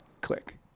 click